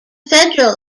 federal